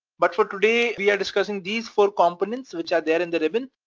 but for today, we are discussing these four components which are there in the ribbon.